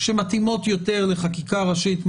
שמתאימות יותר לחקיקה ראשית.